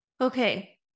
Okay